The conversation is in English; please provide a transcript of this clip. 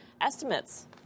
estimates